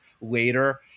later